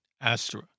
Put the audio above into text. Astra